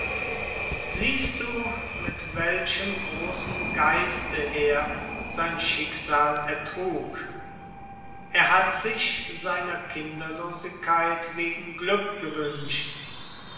siehst du mit welchem großen geiste er ertrug er hat sich seiner kinderlosigkeit wegen glück gewünscht